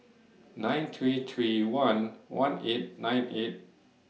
nine three three one one eight nine eight